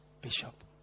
Bishop